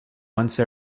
once